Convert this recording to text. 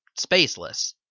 spaceless